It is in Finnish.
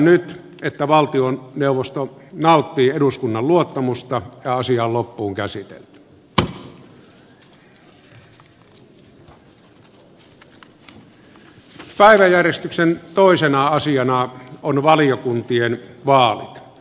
totean että vaali on yksimielinen ja että eduskunta valitsee pohjoismaiden neuvoston suomen valtuuskunnan jäseniksi ja varajäseniksi seuraavat edustajat